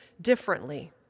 differently